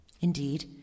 Indeed